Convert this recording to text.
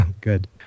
Good